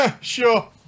Sure